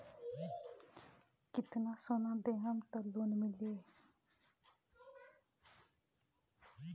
कितना सोना देहम त लोन मिली?